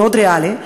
מאוד ריאלי,